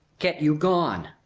get you gone.